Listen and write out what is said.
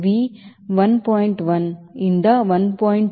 1 ರಿಂದ 1